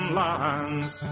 lands